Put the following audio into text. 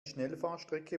schnellfahrstrecke